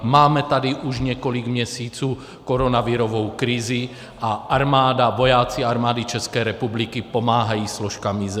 Máme tady už několik měsíců koronavirovou krizi a armáda, vojáci Armády České republiky pomáhají složkám IZS.